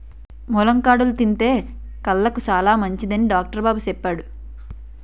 ములక్కాడలు తింతే కళ్ళుకి సాలమంచిదని డాక్టరు బాబు సెప్పాడు